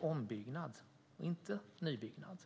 ombyggnad och inte vid nybyggnad.